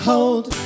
Hold